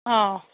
ꯑꯥ